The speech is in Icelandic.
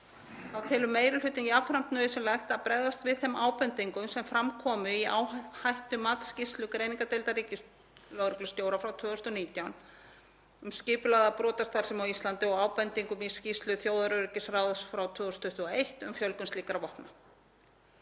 Þá telur meiri hlutinn jafnframt nauðsynlegt að bregðast við þeim ábendingum sem fram komu í áhættumatsskýrslu greiningardeildar ríkislögreglustjóra frá 2019 um skipulagða brotastarfsemi á Íslandi og ábendingum í skýrslu þjóðaröryggisráðs frá 2021 um fjölgun slíkra vopna.